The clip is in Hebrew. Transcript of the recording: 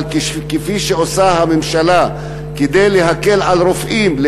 אבל כפי שעושה הממשלה כדי להקל על רופאים,